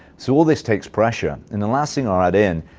so all this takes pressure. and the last thing i'll add in